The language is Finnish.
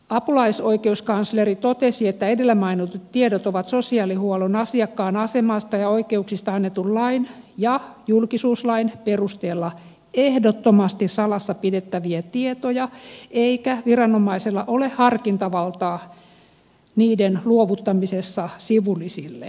apulaisoikeuskansleri totesi että edellä mainitut tiedot ovat sosiaalihuollon asiakkaan asemasta ja oikeuksista annetun lain ja julkisuuslain perusteella ehdottomasti salassa pidettäviä tietoja eikä viranomaisella ole harkintavaltaa niiden luovuttamisessa sivullisille